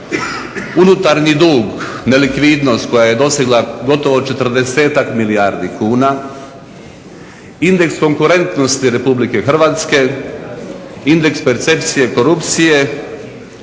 Unutarnji dug, nelikvidnost koja je dosegla gotovo četrdesetak milijardi kuna, indeks konkurentnosti Republike Hrvatske, indeks percepcije korupcije